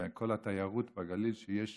וכל התיירות בגליל שיש